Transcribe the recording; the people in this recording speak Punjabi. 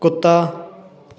ਕੁੱਤਾ